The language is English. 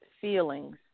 feelings